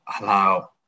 allow